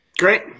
Great